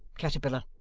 caterpillar,